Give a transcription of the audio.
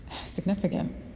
significant